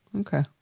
Okay